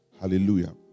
Hallelujah